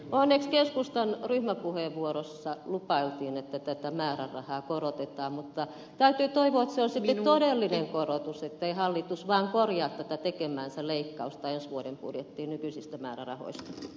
onneksi keskustan ryhmäpuheenvuorossa lupailtiin että tätä määrärahaa korotetaan mutta täytyy toivoa että se on sitten todellinen korotus ettei hallitus vaan korjaa tätä tekemäänsä leikkausta ensi vuoden budjettiin nykyisistä määrärahoista